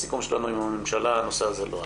בסיכום שלנו עם הממשלה הנושא הזה לא עלה.